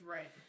Right